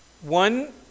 One